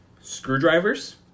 Screwdrivers